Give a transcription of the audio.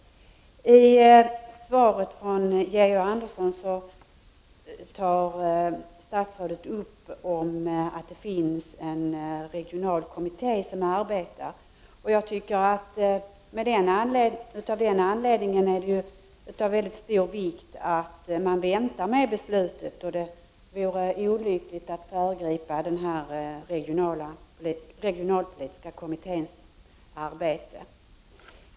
I svaret tar statsrådet Georg Andersson upp att det finns en regional kommitté som arbetar. Av den anledningen tycker jag att det är mycket viktigt att man väntar med beslutet. Det vore olyckligt att föregripa den regionalpolitiska kommitténs arbete.